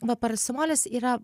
va paracetamolis yra